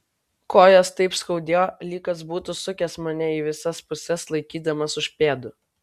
kojas taip skaudėjo lyg kas būtų sukęs mane į visas puses laikydamas už pėdų